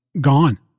gone